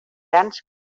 grans